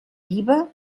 viva